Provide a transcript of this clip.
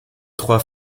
trois